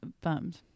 bummed